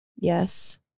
Yes